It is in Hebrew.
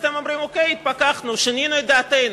אז אתם אומרים: אוקיי, התפכחנו, שינינו את דעתנו.